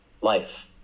life